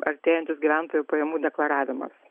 artėjantis gyventojų pajamų deklaravimas